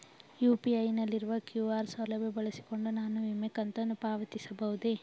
UPI ನಲ್ಲಿರುವ QR ಸೌಲಭ್ಯ ಬಳಸಿಕೊಂಡು ನಾನು ವಿಮೆ ಕಂತನ್ನು ಪಾವತಿಸಬಹುದೇ?